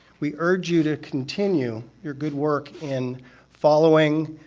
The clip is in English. we urge you to continue your good work in following